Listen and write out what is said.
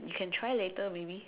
we can try later maybe